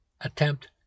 attempt